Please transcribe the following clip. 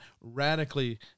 radically